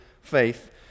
faith